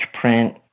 print